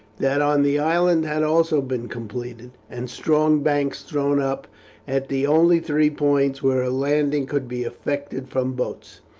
that on the island had also been completed, and strong banks thrown up at the only three points where a landing could be effected from boats.